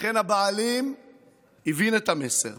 לכן הבעלים הבין את המסר